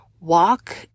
walk